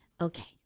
Okay